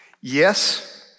Yes